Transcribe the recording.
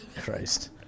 Christ